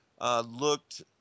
looked